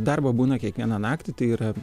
darbo būna kiekvieną naktį tai yra